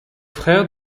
frère